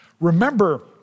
Remember